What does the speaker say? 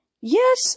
yes